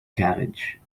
carriage